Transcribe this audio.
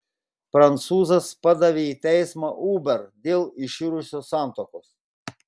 prancūzas padavė į teismą uber dėl iširusios santuokos